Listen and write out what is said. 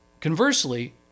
Conversely